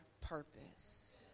purpose